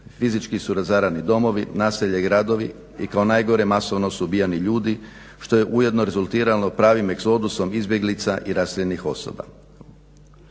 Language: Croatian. Fizički su razarani domovi, naselja i gradovi i kao najgore masovno su ubijani ljudi što je ujedno rezultiralo pravim egzodusom izbjeglica i raseljenih osoba.